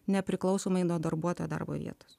nepriklausomai nuo darbuotojo darbo vietos